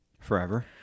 Forever